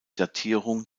datierung